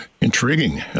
Intriguing